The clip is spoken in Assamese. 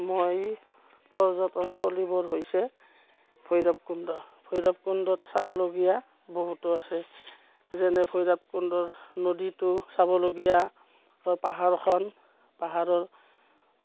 মই পৰ্যটনস্থলীবোৰ হৈছে ভৈৰৱকুণ্ড ভৈৰৱকুণ্ডত চাবলগীয়া বহুতো আছে যেনে ভৈৰাৱকুণ্ডৰ নদীটো চাবলগীয়া বা পাহাৰখন পাহাৰৰ